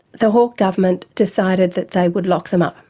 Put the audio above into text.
the hawke government decided that they would lock them up,